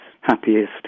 happiest